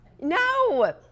No